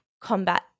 combat